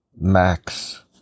max